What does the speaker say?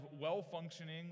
well-functioning